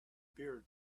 beer